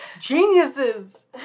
Geniuses